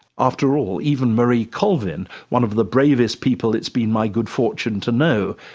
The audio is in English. after all, even marie colvin, one of the bravest people it's been my good fortune to know,